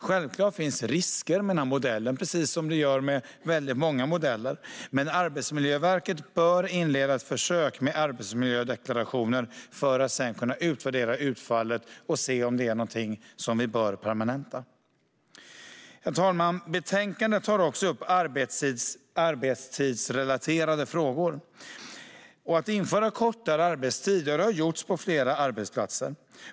Självfallet finns risker med modellen precis som det gör med många modeller, men Arbetsmiljöverket bör inleda ett försök med arbetsmiljödeklarationer för att sedan kunna utvärdera utfallet och se om det är något som vi bör permanenta. Herr talman! Betänkandet tar också upp arbetstidsrelaterade frågor. Att införa kortare arbetstid är något som har gjorts på flera arbetsplatser.